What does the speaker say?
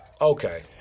okay